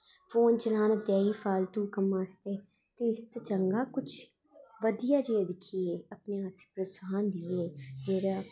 phone चलाने तै ई फालतू कम्मां आस्तै ते इस तो चंगा कुछ बधिया जेह् दिक्खियै अपने आप च प्रोत्साहन देइयै जेह्ड़ा